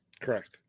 Correct